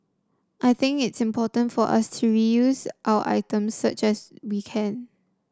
I think it's important for us to reuse our items such as we can